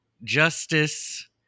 Justice